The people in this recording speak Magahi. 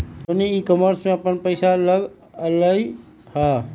रोहिणी ई कॉमर्स में अप्पन पैसा लगअलई ह